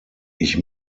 ich